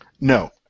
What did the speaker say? No